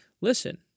Listen